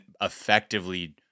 effectively